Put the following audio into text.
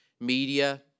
Media